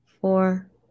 four